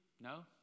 No